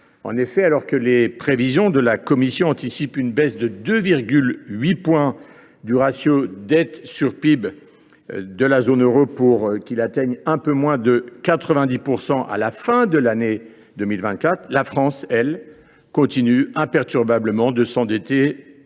objectif. Alors que les prévisions de la Commission anticipent une baisse de 2,8 points du ratio dette sur PIB de la zone euro, lequel atteindrait alors un peu moins de 90 % à la fin de l’année 2024, la France, elle, continue imperturbablement de s’endetter